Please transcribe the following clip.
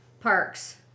parks